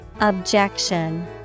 Objection